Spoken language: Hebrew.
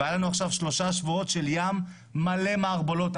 והיו לנו עכשיו שלושה שבועות של ים מלא במערבולות.